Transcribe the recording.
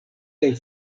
kaj